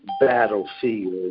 battlefield